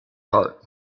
heart